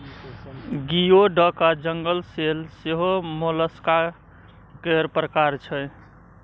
गियो डक आ jingle shell सेहो मोलस्का केर प्रकार छै